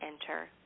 enter